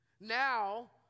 now